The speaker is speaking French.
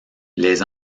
les